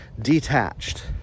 detached